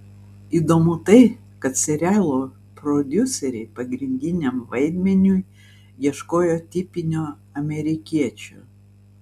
įdomu tai kad serialo prodiuseriai pagrindiniam vaidmeniui ieškojo tipinio amerikiečio